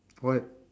what